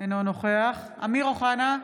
אינו נוכח אמיר אוחנה,